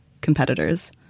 competitors